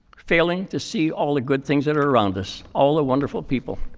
failing to see all the good things that are around us, all the wonderful people.